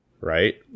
right